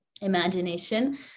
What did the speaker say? imagination